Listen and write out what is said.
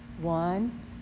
One